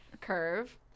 curve